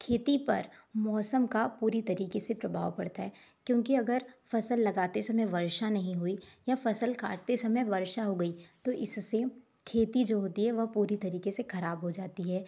खेती पर मौसम का पूरी तरीके से प्रभाव पड़ता है क्योंकि अगर फ़सल लगाते समय अगर वर्षा नहीं हुई या फ़सल काटते समय वर्षा हो गई तो इससे खेती जो होती है वह पूरी तरीके से खराब हो जाती है